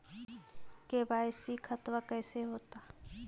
KYC खतबा कैसे होता?